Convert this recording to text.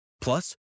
Plus